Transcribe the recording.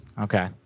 Okay